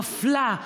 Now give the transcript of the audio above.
מפלה,